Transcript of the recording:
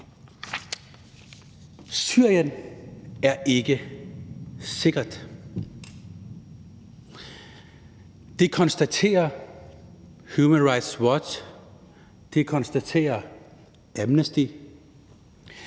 Syrien er ikke sikkert. Det konstaterer Human Rights Watch, det konstaterer Amnesty